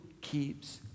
keeps